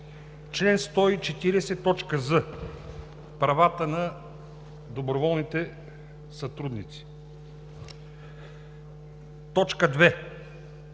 Член 140з – правата на доброволните сътрудници, т. 2.